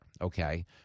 okay